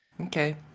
Okay